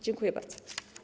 Dziękuję bardzo.